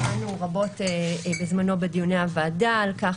שמענו רבות בזמנו בדיוני הוועדה על-כך